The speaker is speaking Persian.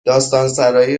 تاثیرگذاری